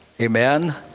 Amen